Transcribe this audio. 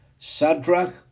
Sadrach